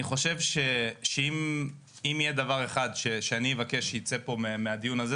אני חושב שאם יש דבר אחד שאני רוצה שיצא מהדיון הזה,